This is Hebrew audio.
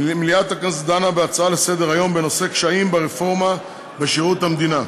דנה מליאת הכנסת בהצעות לסדר-היום בנושא: קשיים ברפורמה בשירות המדינה,